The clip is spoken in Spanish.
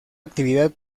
actividad